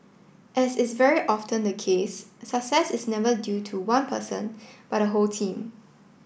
as is very often the case success is never due to one person but a whole team